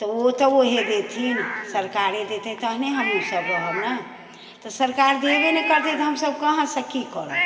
तऽ ओ तऽ ओहे देथिन सरकारे देतै तहने हमहूँ सब रहब ने तऽ सरकार देबे ने करतै तऽ हमसब कहाँसँ की करब